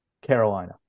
Carolina